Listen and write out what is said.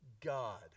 God